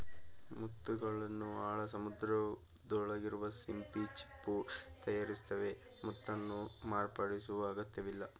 ಮುತ್ತುಗಳನ್ನು ಆಳ ಸಮುದ್ರದೊಳಗಿರುವ ಸಿಂಪಿ ಚಿಪ್ಪು ತಯಾರಿಸ್ತವೆ ಮುತ್ತನ್ನು ಮಾರ್ಪಡಿಸುವ ಅಗತ್ಯವಿಲ್ಲ